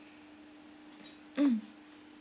mm